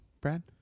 Brad